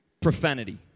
profanity